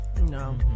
No